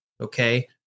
Okay